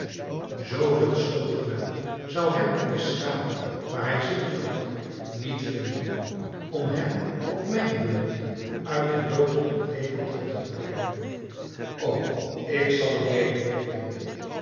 veel schuldig ben zou hem in de schaduw waar hij zieltoogt niet vinden om hem op mijn beurt uit den dood in het leven terug te brengen o ik zal hem